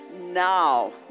now